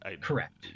Correct